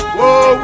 Whoa